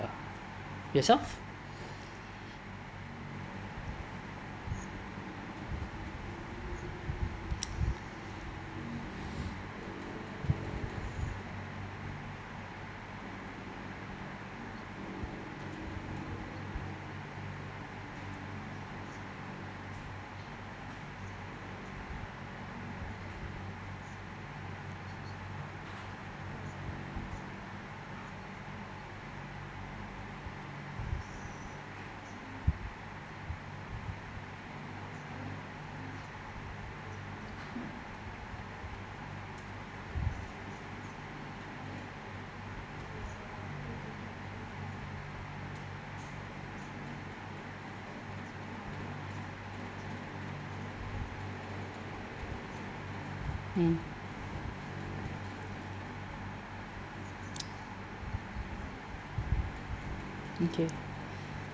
lah yourself mm okay